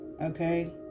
Okay